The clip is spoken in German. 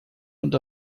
und